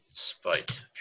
Spite